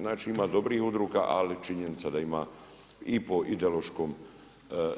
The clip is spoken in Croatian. Znači ima dobrih udruga, ali činjenica da ima i po ideološkom